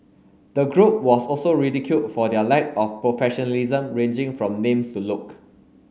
the group was also ridiculed for their lack of professionalism ranging from names to look